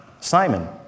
Simon